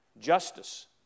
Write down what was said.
Justice